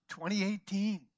2018